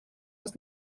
was